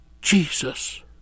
Jesus